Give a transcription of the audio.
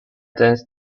dance